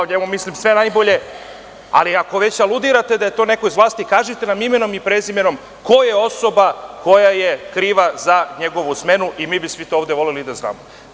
O njemu mislim sve najbolje, ali ako već aludirate da je to neko iz vlasti, kažite imenom i prezimenom ko je osoba koja je kriva za njegovu smenu, jer bi svi voleli da to znamo.